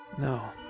No